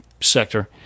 sector